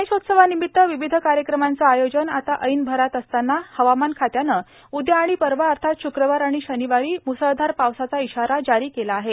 गणेशोत्सवानिमित्त विविध कार्यक्रमांचं आयोजन आता ऐन भरात असताना हवामान खात्यानं उद्या आणि परवा अर्थात शुक्रवार आणि शनिवारी म्सळधार पावसाचा इशारा जारी केला आहे